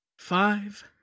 Five